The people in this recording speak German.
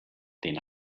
den